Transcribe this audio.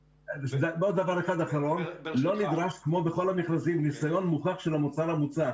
כמו בכל המכרזים לא נדרש רישיון מוכח של המפעל.